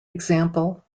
example